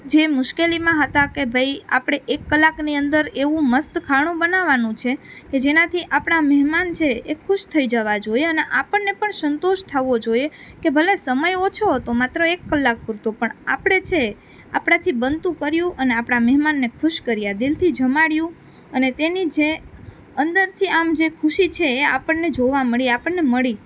જે મુશ્કેલીમાં હતાં કે ભાઈ આપણે એક કલાકની અંદર એવું મસ્ત ખાણું બનાવવાનું છે કે જેનાંથી આપણાં મહેમાન છે એ ખુશ થઈ જવાં જોઈએ અને આપણને પણ સંતોષ થવો જોઈએ કે ભલે સમય ઓછો હતો માત્ર એક કલાક પૂરતો પણ આપણે છે આપણાથી બનતું કર્યું અને આપણાં મહેમાનને ખુશ કર્યા દિલથી જમાડ્યું અને તેની જે અંદરથી આમ જે ખુશી છે એ આપણને જોવાં મળી આપણને મળી